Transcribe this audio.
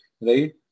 right